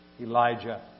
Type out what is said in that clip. Elijah